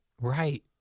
Right